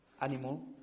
animal